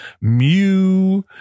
Mu